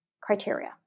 criteria